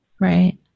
Right